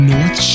North